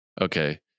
Okay